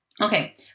Okay